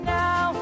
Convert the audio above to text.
now